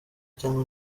cyangwa